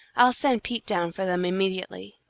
i'll send pete down for them immediately.